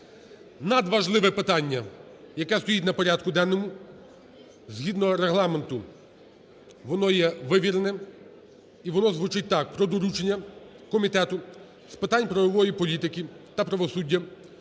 надважливе питання, яке стоїть на порядку денному. Згідно Регламенту воно є вивіреним, і воно звучить так: "Про доручення Комітету з питань правової політики та правосуддя